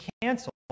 canceled